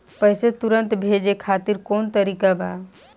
पैसे तुरंत भेजे खातिर कौन तरीका बा?